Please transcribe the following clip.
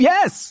Yes